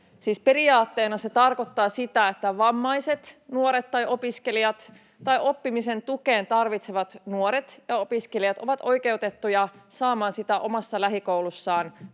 periaatteena se tarkoittaa sitä, että vammaiset nuoret ja opiskelijat tai oppimisen tukea tarvitsevat nuoret ja opiskelijat ovat oikeutettuja saamaan tuen omassa lähikoulussaan